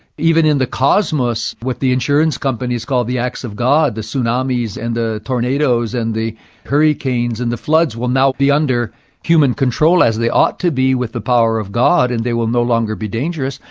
even in the cosmos, what the insurance companies call the acts of god, the tsunamis and the tornadoes and the hurricanes and the floods will now be under human control as they ought to be, with the power of god, and they will no longer be dangerous.